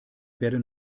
werden